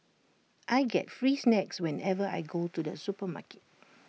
I get free snacks whenever I go to the supermarket